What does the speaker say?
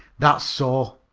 that's so.